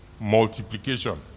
Multiplication